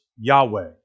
Yahweh